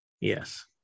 yes